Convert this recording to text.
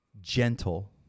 gentle